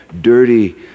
dirty